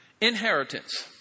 inheritance